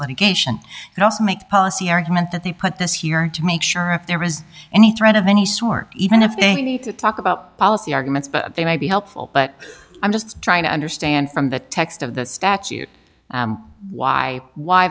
and also make policy argument that they put this hearing to make sure if there is any threat of any sort even if they need to talk about policy arguments but they might be helpful but i'm just trying to understand from the text of the statute why why